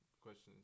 questions